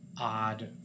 odd